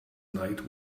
night